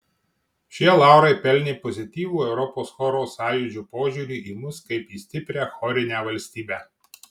šie laurai pelnė pozityvų europos choro sąjūdžio požiūrį į mus kaip į stiprią chorinę valstybę